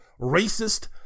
racist